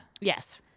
Yes